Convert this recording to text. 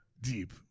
deep